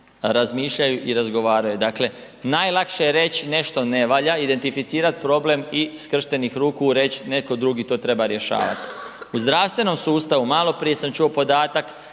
razmišljaju i razgovaraju. Dakle, najlakše je reći nešto ne valja, identificirat problem i skršenih ruku reći netko drugi to treba rješavat. U zdravstvenom sustavu maloprije sam čuo podatak,